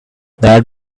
that